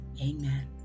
amen